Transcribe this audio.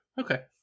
Okay